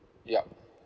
yup